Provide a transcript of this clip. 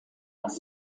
das